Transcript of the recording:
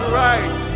right